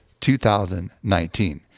2019